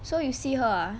so you see her ah